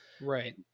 Right